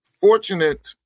fortunate